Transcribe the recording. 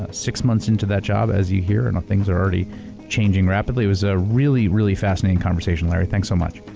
six months into that job, as you hear, and things are already changing rapidly. it's was a really, really fascinating conversation, larry, thanks so much.